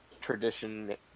tradition